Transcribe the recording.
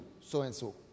so-and-so